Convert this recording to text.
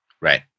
Right